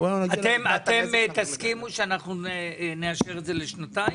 אתם תסכימו שנאשר את זה לשנתיים?